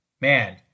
man